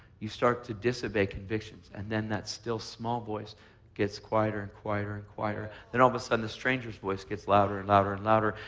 you start to disobey convictions, and then that still small voice gets quieter and quieter and quieter. and then all of a sudden the stranger's voice gets louder and louder and louder.